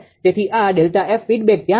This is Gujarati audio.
તેથી આ ΔF ફીડબેક ત્યાં છે